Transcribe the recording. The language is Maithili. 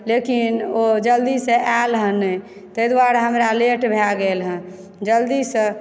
लेकिन ओ जल्दी से आयल हँ नहि तै दुआरे हमरा लेट भए गेल हँ जल्दीसँ